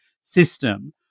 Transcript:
system